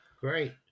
Great